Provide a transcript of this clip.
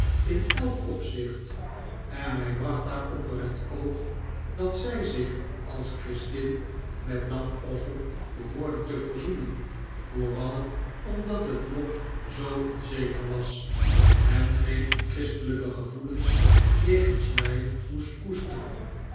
in elk opzicht en hij bracht haar onder het oog dat zij zich als christin met dat offer behoorde te verzoenen vooral omdat het nog zoo onzeker was en geen onchristelijke gevoelens jegens mij moest koesteren